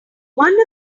one